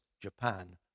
Japan